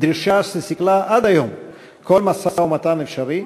דרישה שסיכלה עד היום כל משא-ומתן אפשרי,